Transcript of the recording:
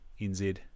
NZ